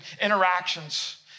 interactions